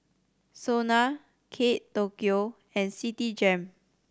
SONA Kate Tokyo and Citigem